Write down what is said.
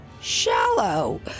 Shallow